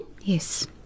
yes